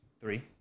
Three